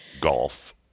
Golf